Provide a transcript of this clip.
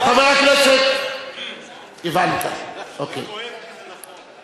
חבר הכנסת, הבנת, אוקיי.